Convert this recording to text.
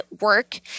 work